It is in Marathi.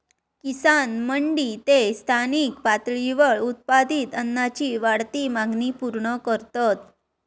किसान मंडी ते स्थानिक पातळीवर उत्पादित अन्नाची वाढती मागणी पूर्ण करतत